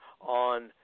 on